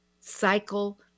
cycle